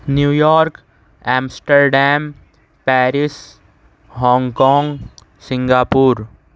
New York Amsterdam Paris Hong Kong Singapore